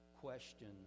question